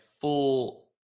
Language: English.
full